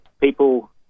people